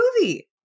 movie